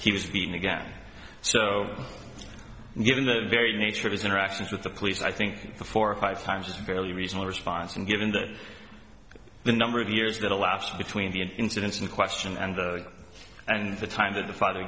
he was beaten again so given the very nature of his interactions with the police i think the four or five times a fairly reasonable response and given that the number of years that a laughs between the incidents in question and and the time that the father